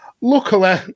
luckily